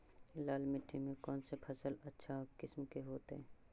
लाल मिट्टी में कौन से फसल अच्छा किस्म के होतै?